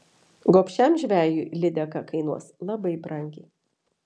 gobšiam žvejui lydeka kainuos labai brangiai